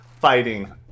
fighting